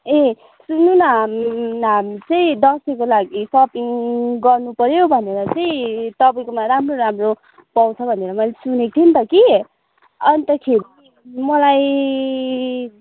ए सुन्नुहोस् न हामी चाहिँ दसैँको लागि सपिङ गर्नुपर्यो भनेर चाहिँ तपाईँकोमा राम्रो राम्रो पाउँछ भनेर मैले सुनेको थिएँ नि त कि अन्तखेरि मलाई